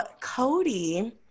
Cody